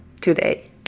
today